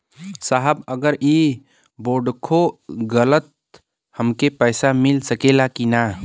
साहब अगर इ बोडखो गईलतऽ हमके पैसा मिल सकेला की ना?